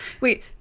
wait